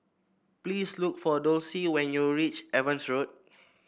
please look for Dulcie when you reach Evans Road